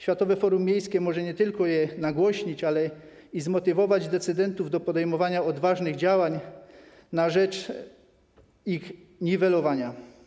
Światowe Forum Miejskie może nie tylko je nagłośnić, ale i zmotywować decydentów do podejmowania odważnych działań na rzecz ich niwelowania.